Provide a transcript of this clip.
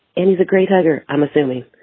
and he's a great hugger, i'm assuming.